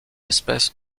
espèces